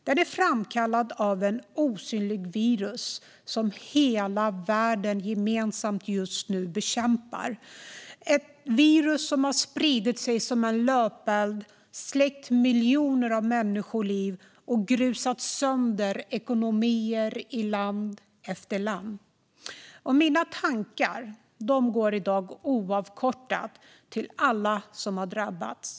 Den är framkallad av ett osynligt virus som hela världen gemensamt just nu bekämpar. Det är ett virus som har spridit sig som en löpeld, släckt miljoner människoliv och grusat sönder ekonomier i land efter land. Mina tankar går i dag oavkortat till alla som har drabbats.